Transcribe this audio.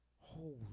Holy